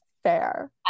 fair